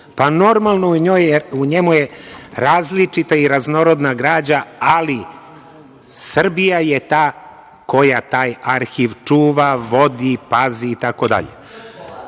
Pa, normalno, u njemu je različita i raznorodna građa, ali Srbija je ta koja taj arhiv čuva, vodi, pazi